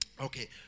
Okay